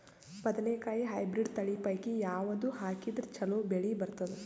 ಬದನೆಕಾಯಿ ಹೈಬ್ರಿಡ್ ತಳಿ ಪೈಕಿ ಯಾವದು ಹಾಕಿದರ ಚಲೋ ಬೆಳಿ ಬರತದ?